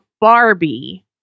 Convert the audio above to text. barbie